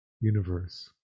universe